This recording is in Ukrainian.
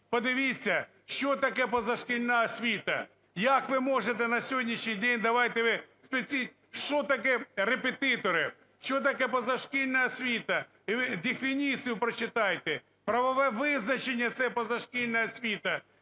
Подивіться, що таке позашкільна освіта. Як ви можете на сьогоднішній день… Давайте ви спросіть, що таке "репетитори", що таке "позашкільна освіта". І ви дефініцію прочитайте, правове визначення це – "позашкільна освіта".